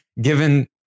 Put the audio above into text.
given